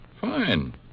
Fine